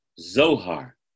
Zohar